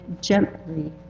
gently